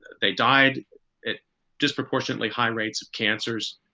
they died at disproportionately high rates of cancers.